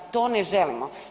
To ne želimo.